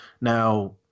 now